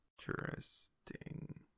Interesting